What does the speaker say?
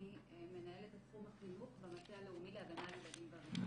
אני מנהלת את תחום המטה הלאומי להגנה על ילדים ברשת,